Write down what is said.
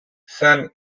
son